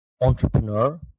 entrepreneur